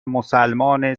مسلمان